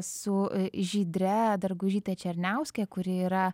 su žydre dargužyte černiauske kuri yra